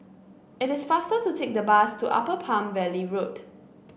it is faster to take the bus to Upper Palm Valley Road